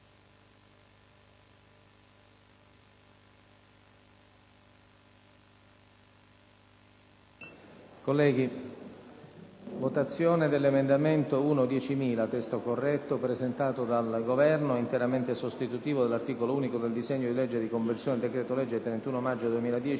con appello dell'emendamento 1.10000 (testo corretto), presentato dal Governo, interamente sostitutivo dell'articolo unico del disegno di legge di conversione del decreto-legge n. 78,